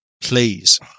please